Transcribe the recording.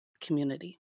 community